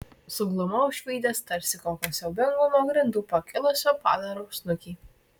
suglumau išvydęs tarsi kokio siaubingo nuo grindų pakilusio padaro snukį